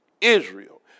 Israel